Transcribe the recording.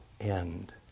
end